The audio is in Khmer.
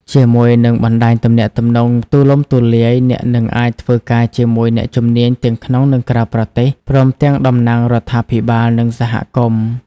ជាមួយនឹងបណ្ដាញទំនាក់ទំនងទូលំទូលាយ អ្នកនឹងអាចធ្វើការជាមួយអ្នកជំនាញទាំងក្នុង និងក្រៅប្រទេស ព្រមទាំងតំណាងរដ្ឋាភិបាល និងសហគមន៍។